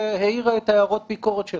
אני שמח לפתוח את ישיבתה השלישית של